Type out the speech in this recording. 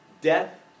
Death